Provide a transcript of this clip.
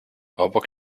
obok